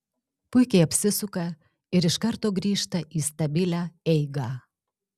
puikiai apsisuka ir iš karto grįžta į stabilią eigą